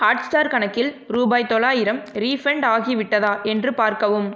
hot star கணக்கில் ரூபாய் தொள்ளாயிரம் ரீஃபண்ட் ஆகிவிட்டதா என்று பார்க்கவும்